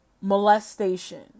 molestation